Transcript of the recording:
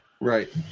Right